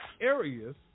areas